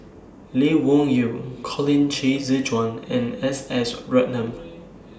Lee Wung Yew Colin Qi Zhe Quan and S S Ratnam